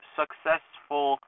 successful